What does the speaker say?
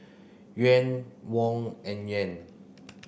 Yuan Won and Yen